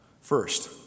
First